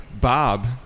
Bob